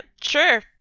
sure